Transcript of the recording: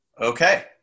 Okay